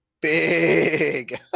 Big